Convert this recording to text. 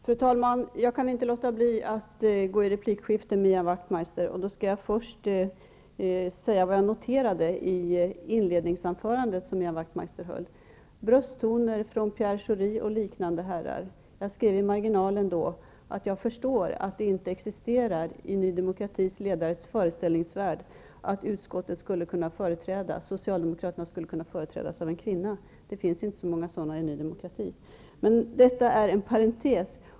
Fru talman! Jag kan inte låta bli att gå i replikskifte med Ian Wachtmeister. Först vill jag nämna det jag noterade i hans inledningsanförande: Brösttoner från Pierre Schori och liknande herrar. Jag skrev då i marginalen att jag förstår att det i Ny demokratis ledares föreställningsvärld inte existerar en tanke på att socialdemokraterna i utskottet skulle kunna företrädas av en kvinna. Det finns inte så många sådana i Ny demokrati. Detta är en parantes.